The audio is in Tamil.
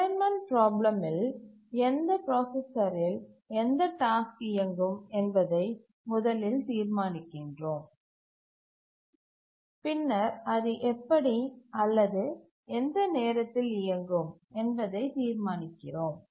அசைன்மென்ட் பிராப்ளமில் எந்த பிராசசரில் எந்த டாஸ்க் இயங்கும் என்பதை முதலில் தீர்மானிக்கிறோம் பின்னர் அது எப்படி அல்லது எந்த நேரத்தில் இயங்கும் என்பதை தீர்மானிக்கிறோம்